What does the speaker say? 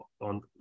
on